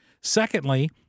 Secondly